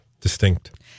distinct